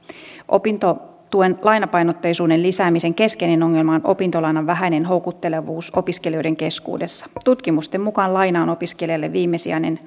opintotuen lainapainotteisuuden lisäämisen keskeinen ongelma on opintolainan vähäinen houkuttelevuus opiskelijoiden keskuudessa tutkimusten mukaan laina on opiskelijalle viimesijainen